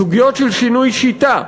סוגיות של שינוי שיטה,